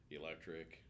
electric